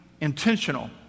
intentional